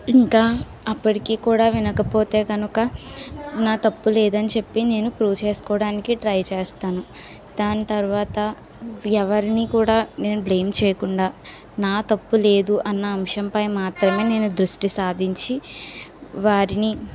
ఇంకా అప్పటికీ కూడా వినకపోతే గనుక నా తప్పు లేదని చెప్పి నేను ప్రూవ్ చేసుకోవడానికి ట్రై చేస్తాను దాని తర్వాత ఎవరిని కూడా నేను బ్లేమ్ చేయకుండా నా తప్పు లేదు అన్న అంశంపై మాత్రమే నేను దృష్టి సాధించి వారిని